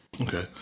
okay